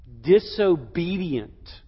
disobedient